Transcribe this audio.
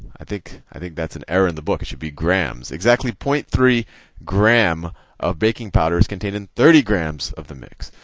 i think i think that's an error in the book. it should be grams. exactly zero point three gram of baking powder is contained in thirty grams of the mix.